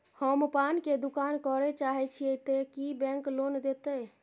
हम पान के दुकान करे चाहे छिये ते की बैंक लोन देतै?